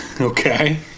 Okay